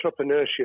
entrepreneurship